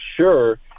sure